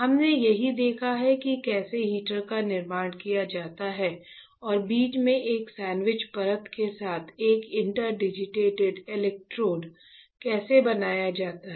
हमने यही देखा है कि कैसे हीटर का निर्माण किया जाता है और बीच में एक सैंडविच परत के साथ एक इंटरडिजिटेटेड इलेक्ट्रोड कैसे बनाया जाता है